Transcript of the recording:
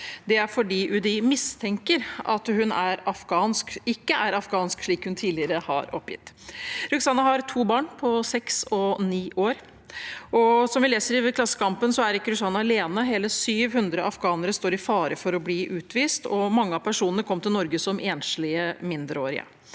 landet fordi UDI mistenker at hun ikke er afghansk slik hun tidligere har oppgitt. Rukhsana har to barn på seks og ni år. Ifølge Klassekampen er ikke Rukhsana alene, hele 700 afghanere står i fare for å bli utvist. Mange av personene kom til Norge som enslige mindreårige.